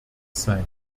sein